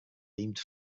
deemed